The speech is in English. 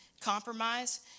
compromise